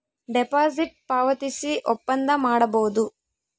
deposit ಪಾವತಿಸಿ ಒಪ್ಪಂದ ಮಾಡಬೋದು